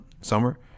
summer